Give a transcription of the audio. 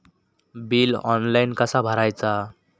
Bill online कसा भरायचा?